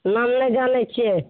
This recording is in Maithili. नाम नहि जनैत छियै